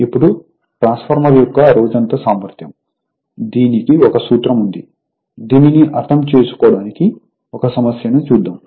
ఇప్పుడు ట్రాన్స్ఫార్మర్ యొక్క రోజంతా సామర్థ్యం దీనికి ఒక సూత్రం ఉంది దీనిని అర్థం చేసుకోవడానికి ఒక సమస్యను చూద్దాము